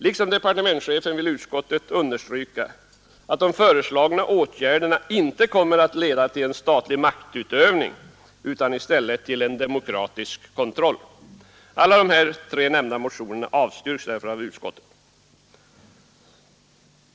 Liksom departementschefen vill utskottet understryka att de föreslagna åtgärderna inte kommer att leda till en statlig maktutövning utan i stället till demokratisk kontroll. Alla de tre nämnda motionerna avstyrks därför av utskottet.